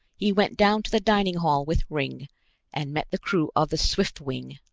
he went down to the dining hall with ringg and met the crew of the swiftwing.